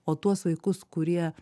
o tuos vaikus kurie